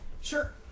Sure